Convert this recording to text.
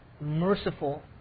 merciful